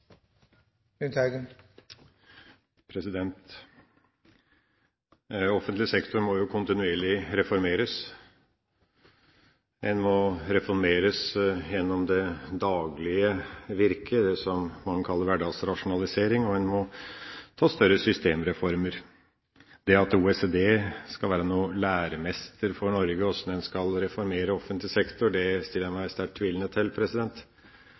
Offentlig sektor må kontinuerlig reformeres. Den må reformeres gjennom det daglige virke – det som man kaller hverdagsrasjonalisering – og gjennom større systemreformer. Men det at OECD skal være en læremester for Norge med tanke på hvordan man skal reformere offentlig sektor, stiller jeg meg sterkt tvilende til.